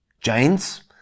James